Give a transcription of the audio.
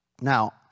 now